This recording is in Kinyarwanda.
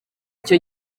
icyo